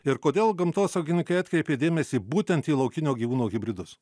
ir kodėl gamtosaugininkai atkreipė dėmesį būtent į laukinio gyvūno hibridus